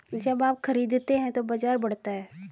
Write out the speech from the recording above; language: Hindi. जब आप खरीदते हैं तो बाजार बढ़ता है